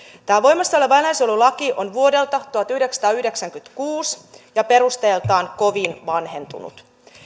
tämä voimassa oleva eläinsuojelulaki on vuodelta tuhatyhdeksänsataayhdeksänkymmentäkuusi ja perusteeltaan kovin vanhentunut